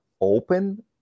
open